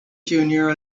junior